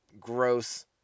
gross